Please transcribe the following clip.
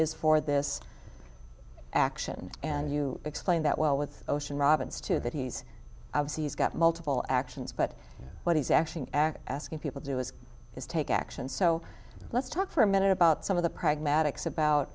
is for this action and you explain that well with ocean robbins too that he's got multiple actions but what he's actually act asking people to do is is take action so let's talk for a minute about some of the pragmatics about